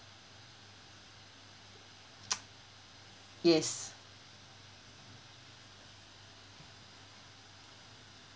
yes